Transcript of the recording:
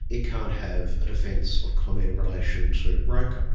it can't have a defence of comment in relation to roco.